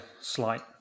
slight